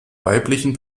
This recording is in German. weiblichen